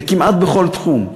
כמעט בכל תחום,